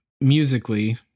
musically